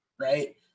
Right